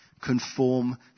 Conform